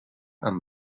amb